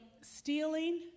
stealing